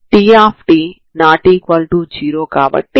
ఇప్పుడు మీరు దీనిని సమాకలనం చేయాలి